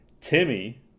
timmy